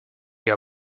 your